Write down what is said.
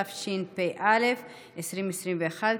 התשפ"א 2021,